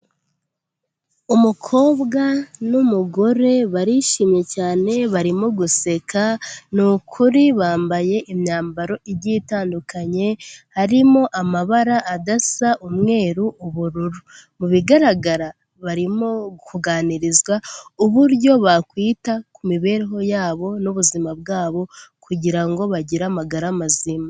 Umukobwa n'umugore barishimye cyane, barimo guseka, ni ukuri bambaye imyambaro igiye itandukanye, harimo amabara adasa, umweru, ubururu. Mu bigaragara barimo kuganirizwa uburyo bakwita ku mibereho yabo n'ubuzima bwabo kugira ngo bagire amagara mazima.